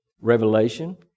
revelation